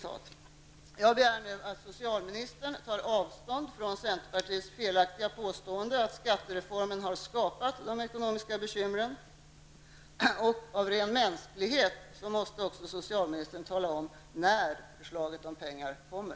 Jag begär nu att socialministern tar avstånd från centerpartiets felaktiga påstående att skattereformen har skapat de ekonomiska bekymren. Av ren mänsklighet måste socialminstern också tala om när förslaget om extra pengar kommer.